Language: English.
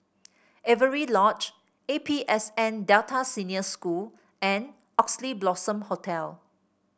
Avery Lodge A P S N Delta Senior School and Oxley Blossom Hotel